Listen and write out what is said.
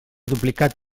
duplicat